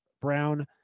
brown